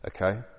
okay